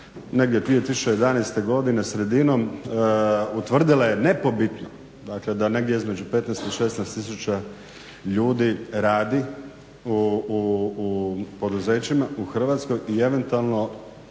negdje 2011. godine sredinom utvrdilo je nepobitno da negdje između 15 i 16 tisuća ljudi radi u poduzećima u Hrvatskoj i eventualno